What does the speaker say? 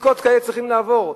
בדיקות כאלה צריכים לעבור.